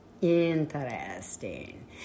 Interesting